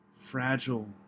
fragile